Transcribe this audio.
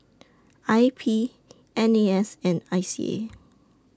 I P N A S and I C A